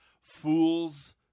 fools